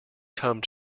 come